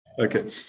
Okay